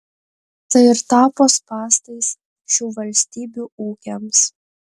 tai ir tapo spąstais šių valstybių ūkiams